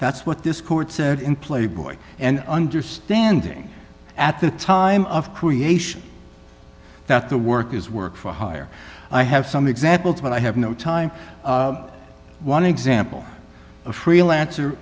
that's what this court said in playboy and understanding at the time of creation that the work is work for hire i have some examples but i have no time one example a freelancer